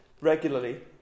regularly